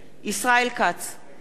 נגד לימור לבנת,